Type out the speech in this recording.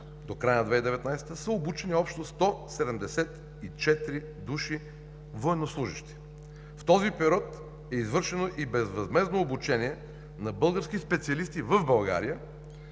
до края на 2019 г., са обучени общо 174 души военнослужещи. В този период е извършено и безвъзмездно обучение на български специалисти в България